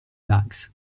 bags